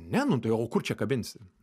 ne nu tai o kur čia kabinsi